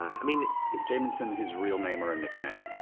i mean is jameson his real name or a nickname?